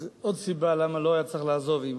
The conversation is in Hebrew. אז הרי לכם עוד סיבה למה לא היה צריך לעזוב: אם